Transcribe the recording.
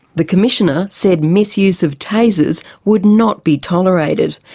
the commissioner said misuse of tasers would not be tolerated.